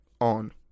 on